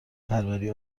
پروری